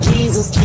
Jesus